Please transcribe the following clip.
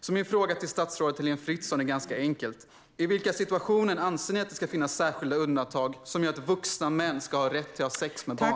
Min fråga till statsrådet Heléne Fritzon är ganska enkel: I vilka situationer anser ni att det ska finnas särskilda undantag som gör att vuxna män ska ha rätt att ha sex med barn?